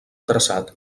traçat